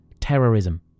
terrorism